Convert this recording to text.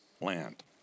land